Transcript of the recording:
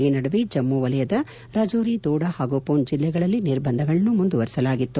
ಈ ನಡುವೆ ಜಮ್ನು ವಲಯದ ರಜೋರಿ ದೋಡ ಹಾಗೂ ಪೂಂಜ್ ಜಿಲ್ಲೆಗಳಲ್ಲಿ ನಿರ್ಬಂಧಗಳನ್ನು ಮುಂದುವರೆಸಲಾಗಿತ್ತು